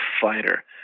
fighter